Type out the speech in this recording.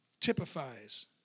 typifies